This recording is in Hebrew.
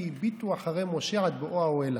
והביטו אחרי משה עד בואו האהלה,